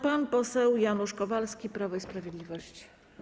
Pan poseł Janusz Kowalski, Prawo i Sprawiedliwość.